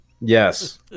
Yes